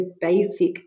basic